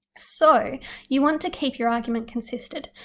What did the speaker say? so you want to keep your argument consistent.